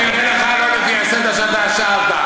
אני עונה לך לא לפי הסדר שאתה שאלת.